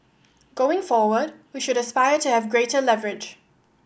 going forward we should aspire to have greater leverage